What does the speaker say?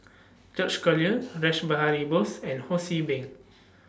George Collyer Rash Behari Bose and Ho See Beng